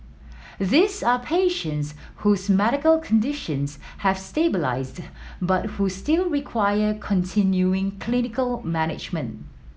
these are patients whose medical conditions have stabilised but who still require continuing clinical management